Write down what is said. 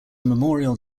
memorial